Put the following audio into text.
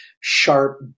sharp